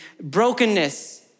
brokenness